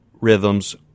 rhythms